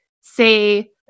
say